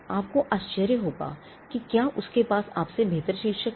आपको आश्चर्य हो सकता है कि क्या उसके पास आपसे बेहतर शीर्षक है